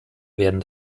werden